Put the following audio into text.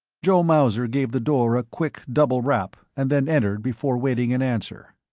joe mauser gave the door a quick double rap and then entered before waiting an answer.